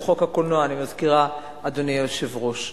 אני מזכירה, אדוני היושב-ראש.